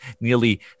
nearly